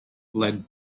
led